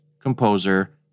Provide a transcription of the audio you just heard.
composer